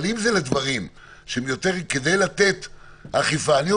אבל אם זה לדברים שהם יותר כדי לתת אכיפה,